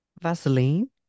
Vaseline